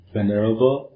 Venerable